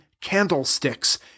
candlesticks